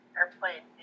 airplane